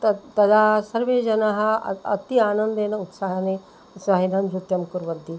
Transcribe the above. तत् तदा सर्वे जनाः अति आनन्देन उत्साहने सहायः नृत्यं कुर्वन्ति